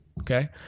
Okay